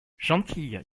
gentille